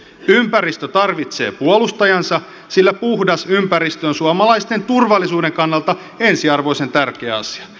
ympäristö tarvitsee puolustajansa sillä puhdas ympäristö on suomalaisten turvallisuuden kannalta ensiarvoisen tärkeä asia